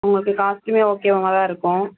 உங்களுக்கு காஸ்ட்டுமே ஓகேவுமா தான் இருக்கும்